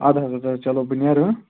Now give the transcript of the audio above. اَدٕ حظ اَدٕ حظ چلو بہٕ نیرٕ ہٕہ